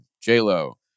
J-Lo